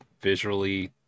visually